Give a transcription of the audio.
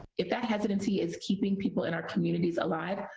if that hesitancy is keeping people in our communities alive,